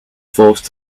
forced